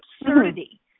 absurdity